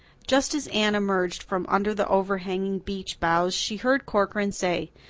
just as anne emerged from under the overhanging beech boughs she heard corcoran say,